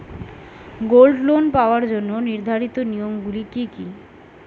Gold loan পাওয়ার জন্য নির্ধারিত নিয়ম গুলি কি?